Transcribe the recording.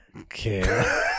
okay